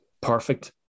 perfect